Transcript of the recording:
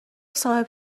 صاحب